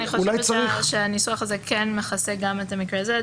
אני חושב שהניסוח כן מכסה גם את המקרה הזה.